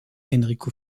enrico